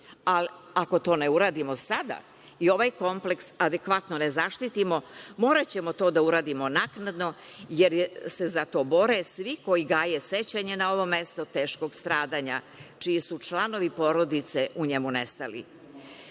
ako to ne uradimo sada, i ovaj kompleks adekvatno ne zaštitimo, moraćemo to da uradimo naknadno, jer se za to bore svi koji gaje sećanja na ovo mesto teškog stradanja, čiji su članovi porodice u njemu nestali,